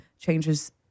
changes